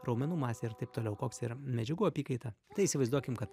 raumenų masė ir taip toliau koks yra medžiagų apykaita tai įsivaizduokim kad